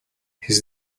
his